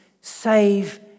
save